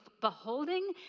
beholding